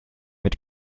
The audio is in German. mit